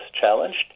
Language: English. challenged